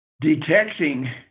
detecting